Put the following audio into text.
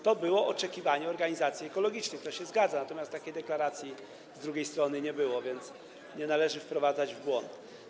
To było oczekiwanie organizacji ekologicznych, to się zgadza, natomiast takiej deklaracji z drugiej strony nie było, a więc nie należy wprowadzać w błąd.